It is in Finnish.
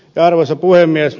arvoisa puhemies